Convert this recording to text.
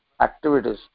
activities